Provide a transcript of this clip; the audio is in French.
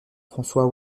françois